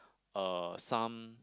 uh some